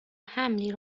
حملی